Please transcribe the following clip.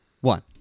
One